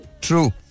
True